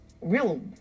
real